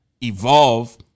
evolve